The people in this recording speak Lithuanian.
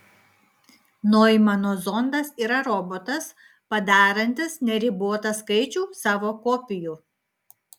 noimano zondas yra robotas padarantis neribotą skaičių savo kopijų